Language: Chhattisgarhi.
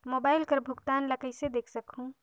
मोबाइल कर भुगतान ला कइसे देख सकहुं?